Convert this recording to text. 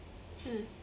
mm